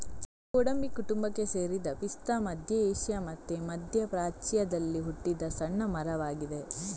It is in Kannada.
ಗೋಡಂಬಿ ಕುಟುಂಬಕ್ಕೆ ಸೇರಿದ ಪಿಸ್ತಾ ಮಧ್ಯ ಏಷ್ಯಾ ಮತ್ತೆ ಮಧ್ಯ ಪ್ರಾಚ್ಯದಲ್ಲಿ ಹುಟ್ಟಿದ ಸಣ್ಣ ಮರವಾಗಿದೆ